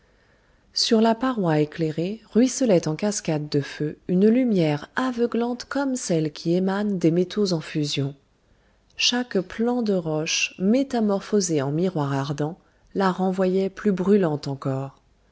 sur la paroi éclairée ruisselait en cascade de feu une lumière aveuglante comme celle qui émane des métaux en fusion chaque plan de roche métamorphosé en miroir ardent la renvoyait plus brûlante encore